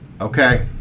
Okay